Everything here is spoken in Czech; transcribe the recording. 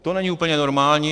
To není úplně normální.